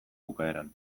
bukaeran